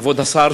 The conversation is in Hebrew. כבוד השר,